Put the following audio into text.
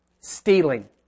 stealing